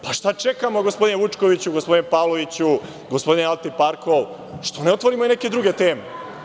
Pa šta čekamo, gospodine Vučkoviću, gospodine Pavloviću, gospodine Altiparmakov, što ne otvorimo i neke druge teme?